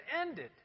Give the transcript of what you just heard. ended